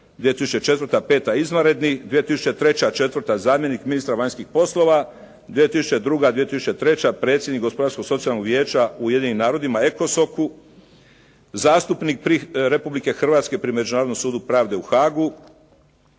2004., peta izvanredni, 2003., četvrta zamjenik ministra vanjskih poslova, 2002., 2003. predsjednik Gospodarsko socijalnog vijeća u Ujedinjenim narodima USKOK-u, zastupnik Republike Hrvatske pri Međunarodnom sudu pravde u Haagu,